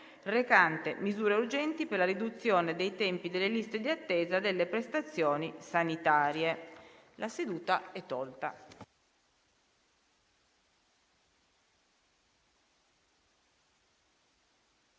recante misure urgenti per la riduzione dei tempi delle liste di attesa delle prestazioni sanitarie" (1161) (presentato